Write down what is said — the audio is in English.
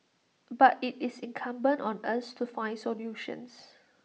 but IT is incumbent on us to find solutions